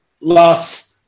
last